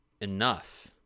enough